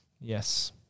Yes